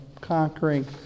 conquering